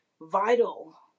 vital